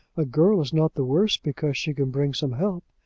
a girl is not the worse because she can bring some help.